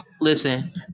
Listen